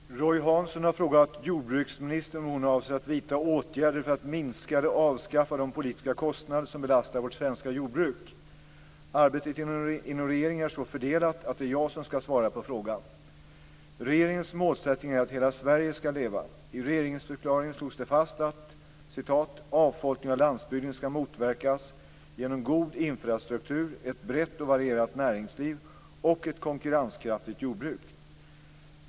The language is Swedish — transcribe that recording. Fru talman! Roy Hansson har frågat jordbruksministern om hon avser att vidta åtgärder för att minska eller avskaffa de politiska kostnader som belastar vårt svenska jordbruk. Arbetet inom regeringen är så fördelat att det är jag som skall svara på frågan. Regeringens målsättning är att hela Sverige skall leva. I regeringsförklaringen slogs det fast att "avfolkningen av landsbygden skall motverkas genom god infrastruktur, ett brett och varierat näringsliv och ett konkurrenskraftigt jordbruk."